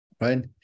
right